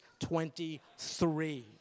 23